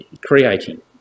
creating